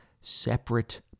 separate